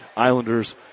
Islanders